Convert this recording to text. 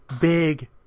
big